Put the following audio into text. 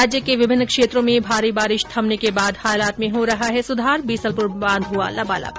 प्रदेश के विभिन्न क्षेत्रों में भारी बारिश थमने के बाद हालात में हो रहा है सुधार बीसलपुर बांध हुआ लबालब